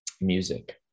Music